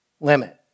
limit